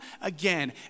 again